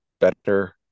better